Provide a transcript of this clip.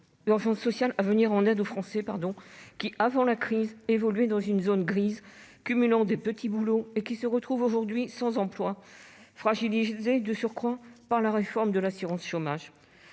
urgence sociale : il faut venir en aide aux Français qui, avant la crise, évoluaient dans une zone grise, cumulant des petits boulots, et qui se retrouvent aujourd'hui sans emploi, fragilisés de surcroît par la réforme de l'assurance chômage.